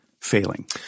failing